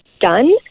done